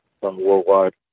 worldwide